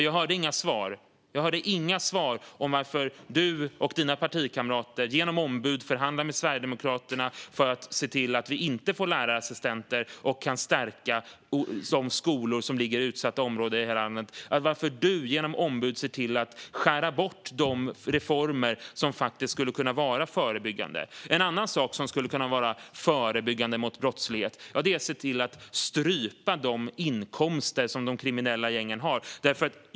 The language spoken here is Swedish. Jag hörde nämligen inga svar på varför du, Tony Haddou, och dina partikamrater genom ombud förhandlar med Sverigedemokraterna för att se till att vi inte får lärarassistenter och därmed kan stärka skolor i utsatta områden i landet. Varför ser du genom ombud till att skära bort reformer som skulle kunna vara förebyggande? En annan sak som skulle kunna vara förebyggande mot brottslighet är att se till att strypa de inkomster de kriminella gängen har.